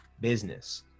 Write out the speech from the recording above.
business